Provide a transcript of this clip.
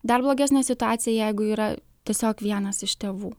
dar blogesnė situacija jeigu yra tiesiog vienas iš tėvų